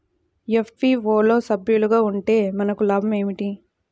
FPO లో సభ్యులుగా ఉంటే మనకు లాభం ఏమిటి?